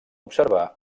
observar